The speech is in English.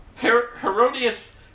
Herodias